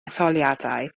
etholiadau